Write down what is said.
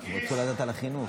הוא רוצה לדעת על החינוך.